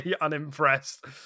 unimpressed